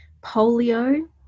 polio